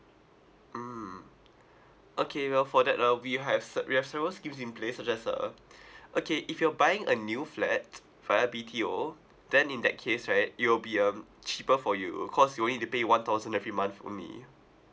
mm okay well for that uh we have se~ we have several schemes in place so just uh okay if you are buying a new flat via B_T_O then in that case right it'll be um cheaper for you because you will need to pay one thousand every month only